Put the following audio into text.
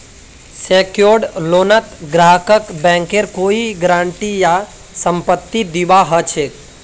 secured लोनत ग्राहकक बैंकेर कोई गारंटी या संपत्ति दीबा ह छेक